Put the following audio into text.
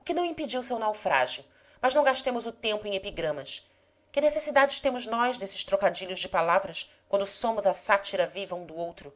o que não impediu seu naufrágio mas não gastemos o tempo em epigramas que necessidades temos nós destes trocadilhos de palavras quando somos a sátira viva um do outro